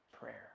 prayer